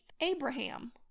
abraham